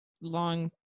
long